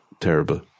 terrible